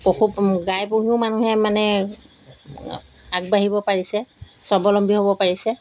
পশু গাই পুহিও মানুহে মানে আগবাঢ়িব পাৰিছে স্বাৱলম্বী হ'ব পাৰিছে